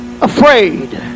afraid